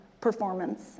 performance